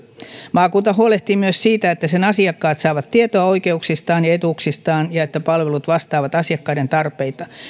maakunta huolehtii myös siitä että sen asiakkaat saavat tietoa oikeuksistaan ja etuuksistaan ja että palvelut vastaavat asiakkaiden tarpeita